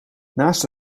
naast